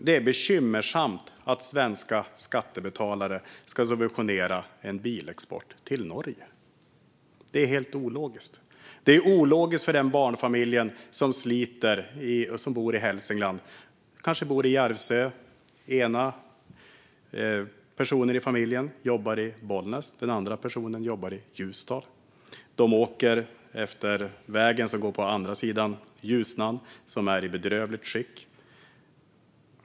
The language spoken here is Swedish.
Det är bekymmersamt att svenska skattebetalare ska subventionera bilexport till Norge. Det är helt ologiskt. Som exempel kan jag ta en barnfamilj som sliter och som bor i Järvsö i Hälsingland. Den ena vuxna personen i familjen jobbar i Bollnäs, den andra i Ljusdal. De åker efter vägen som går på andra sidan Ljusnan och som är i bedrövligt skick.